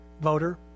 voter